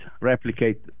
replicate